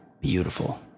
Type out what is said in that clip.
beautiful